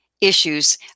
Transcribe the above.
issues